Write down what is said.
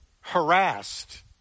harassed